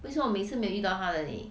为什么每次没有遇到他的你